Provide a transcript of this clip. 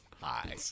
Hi